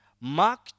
mark